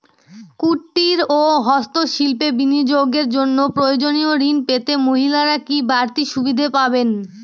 কুটীর ও হস্ত শিল্পে বিনিয়োগের জন্য প্রয়োজনীয় ঋণ পেতে মহিলারা কি বাড়তি সুবিধে পাবেন?